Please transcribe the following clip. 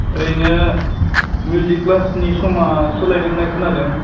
ओरैनो मिउजिक क्लासनि समा सोलायदों होनना खोनादों